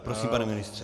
Prosím, pane ministře.